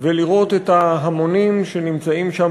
ולראות את ההמונים שנמצאים שם,